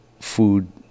food